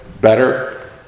better